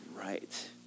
right